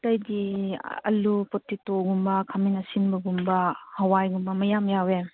ꯑꯇꯩꯗꯤ ꯑꯂꯨ ꯄꯣꯇꯦꯇꯣꯒꯨꯝꯕ ꯈꯥꯃꯦꯟ ꯑꯁꯤꯟꯕꯒꯨꯝꯕ ꯍꯋꯥꯏꯒꯨꯝꯕ ꯃꯌꯥꯝ ꯌꯥꯎꯋꯦ